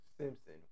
Simpson